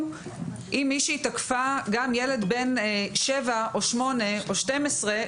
אם מישהי תקפה גם ילד בן שבע או שמונה או 12,